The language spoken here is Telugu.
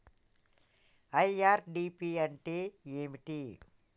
ఐ.ఆర్.డి.పి అంటే ఏమిటి?